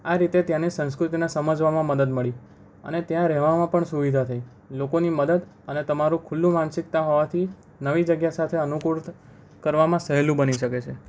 આ રીતે ત્યાંની સંસ્કૃતિને સમજવામાં મદદ મળી અને ત્યાં રહેવામાં પણ સુવિધા થઈ લોકોની મદદ અને તમારું ખુલ્લું માનસિકતા હોવાથી નવી જગ્યા સાથે અનુકૂળ કરવામાં સહેલું બની શકે છે